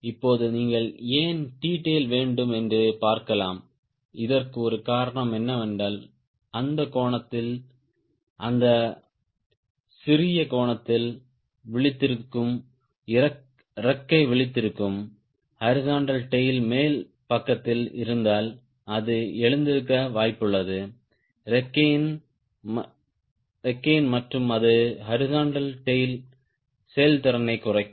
இப்போது நீங்கள் ஏன் T tail வேண்டும் என்று பார்க்கலாம் இதற்கு ஒரு காரணம் என்னவென்றால் அந்த கோணத்தில் அந்த சிறிய கோணத்தில் விழித்திருக்கும் இறக்கை விழித்திருக்கும் ஹாரிஸ்ன்ட்டல் டேய்ல் மேல் பக்கத்தில் இருந்தால் அது எழுந்திருக்க வாய்ப்புள்ளது இறக்கையின் மற்றும் அது ஹாரிஸ்ன்ட்டல் டேய்ல் செயல்திறனைக் குறைக்கும்